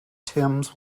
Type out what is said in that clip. thames